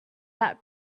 that